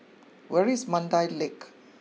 where is Mandai Lake